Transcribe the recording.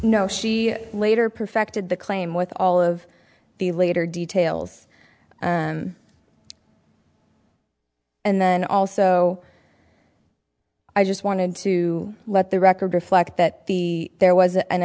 know she later perfected the claim with all of the later details and then also i just wanted to let the record reflect that the there was an